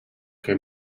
que